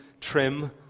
trim